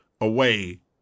away